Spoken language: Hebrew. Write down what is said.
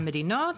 המדינות.